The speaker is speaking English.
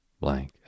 Blank